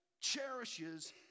cherishes